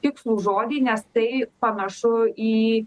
tikslų žodį nes tai panašu į